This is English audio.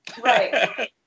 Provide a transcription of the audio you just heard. Right